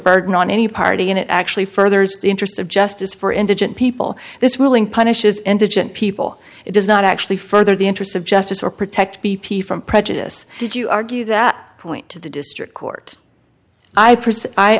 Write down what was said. burden on any party and it actually furthers the interest of justice for indigent people this ruling punishes indigent people it does not actually further the interests of justice or protect b p from prejudice did you argue that point to the district court i